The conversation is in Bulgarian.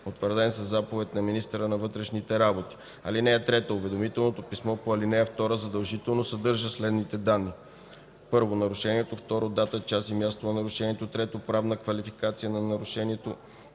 утвърден със заповед на министъра на вътрешните работи. (3) Уведомителното писмо по ал. 2 задължително съдържа следните данни: 1. нарушението; 2. дата, час и място на нарушението; 3. правна квалификация на нарушението;